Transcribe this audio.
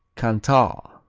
cantal,